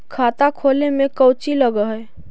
खाता खोले में कौचि लग है?